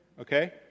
Okay